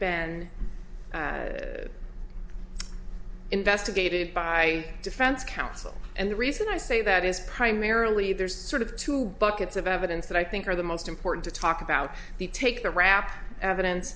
been investigated by defense counsel and the reason i say that is primarily there's sort of two buckets of evidence that i think are the most important to talk about the take the rap evidence